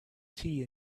tea